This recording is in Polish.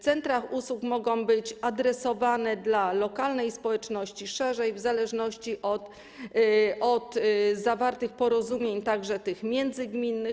Centra usług mogą być adresowane do lokalnej społeczności lub szerzej, w zależności od zawartych porozumień, także tych międzygminnych.